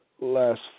Last